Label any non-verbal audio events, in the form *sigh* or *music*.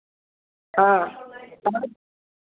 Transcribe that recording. हाँ *unintelligible*